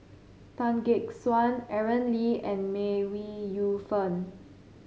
Tan Gek Suan Aaron Lee and May Wee Yu Fen